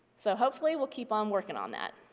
so hopefully we'll keep on working on that.